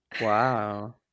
Wow